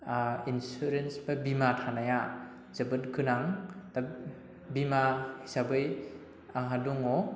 insurance बा बीमा थानाया जोबोद गोनां दा बीमा हिसाबै आंहा दङ